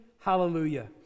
hallelujah